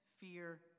fear